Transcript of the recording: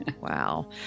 wow